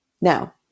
Now